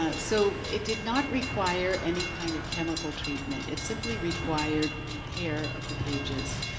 ah so it did not require any kind of chemical treatment. it simply required repair of the pages.